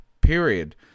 period